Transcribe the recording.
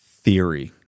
theory